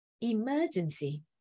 Emergency